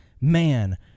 man